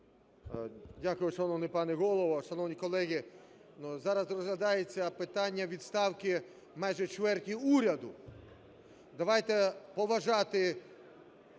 Дякую, шановний пане Голово. Шановні колеги! Зараз розглядається питання відставки майже чверті уряду. Давайте поважати